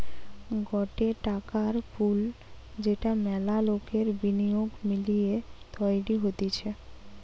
গটে টাকার পুল যেটা মেলা লোকের বিনিয়োগ মিলিয়ে তৈরী হতিছে